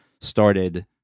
started